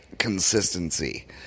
consistency